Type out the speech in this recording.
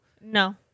No